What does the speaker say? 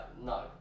No